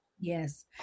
Yes